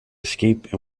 escape